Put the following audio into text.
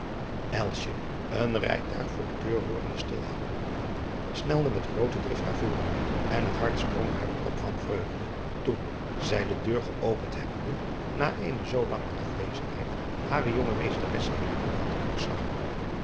een rijtuig voor de deur hoorende stilhouden snelde met groote drift naar voren en het hart sprong haar op van vreugde toen zij de deur geopend hebbende na eene zoo lange afwezigheid hare jonge meesteresse terugzag oo ras